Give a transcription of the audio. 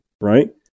right